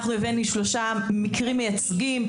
אנחנו הבאנו שלושה מקרים מייצגים,